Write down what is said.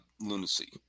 lunacy